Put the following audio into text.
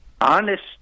honest